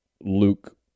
Luke